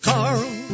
Carl